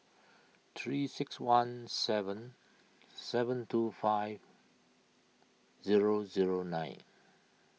three six one seven seven two five zero zero nine